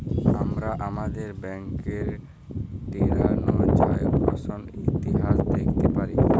আমরা আমাদের ব্যাংকের টেরানযাকসন ইতিহাস দ্যাখতে পারি